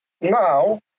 now